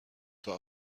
zwar